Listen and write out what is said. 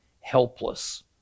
helpless